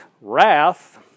wrath